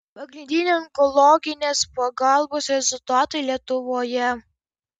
pagrindiniai onkologinės pagalbos rezultatai lietuvoje